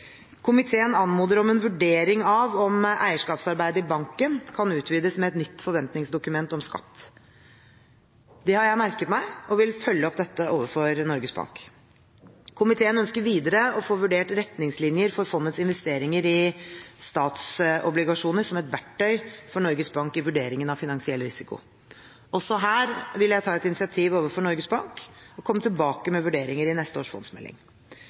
Komiteen anmoder om en vurdering av om eierskapsarbeidet i banken kan utvides med et nytt forventningsdokument om skatt. Det har jeg merket meg og vil følge opp dette overfor Norges Bank. Komiteen ønsker videre å få vurdert retningslinjer for fondets investeringer i statsobligasjoner som et verktøy for Norges Bank i vurderingen av finansiell risiko. Også her vil jeg ta et initiativ overfor Norges Bank og komme tilbake med vurderinger i neste års fondsmelding.